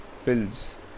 fills